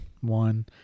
one